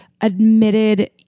admitted